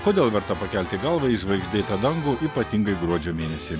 kodėl verta pakelti galvą į žvaigždėtą dangų ypatingai gruodžio mėnesį